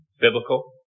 biblical